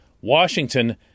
Washington